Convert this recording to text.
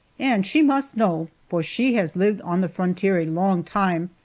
and she must know, for she has lived on the frontier a long time,